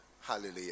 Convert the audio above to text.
hallelujah